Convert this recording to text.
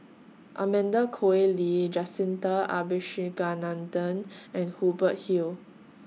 Amanda Koe Lee Jacintha Abisheganaden and Hubert Hill